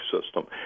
system